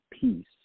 peace